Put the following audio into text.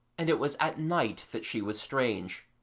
and it was at night that she was strange.